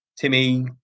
Timmy